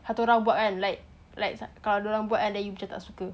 satu orang buat kan like like kalau dorang buat then you macam tak suka